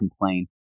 complain